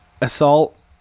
assault